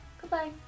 Goodbye